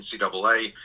NCAA